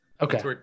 Okay